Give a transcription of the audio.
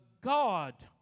God